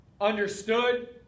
understood